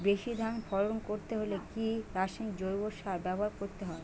বেশি ধান ফলন করতে হলে কি রাসায়নিক জৈব সার ব্যবহার করতে হবে?